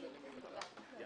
הישיבה ננעלה בשעה 11:34.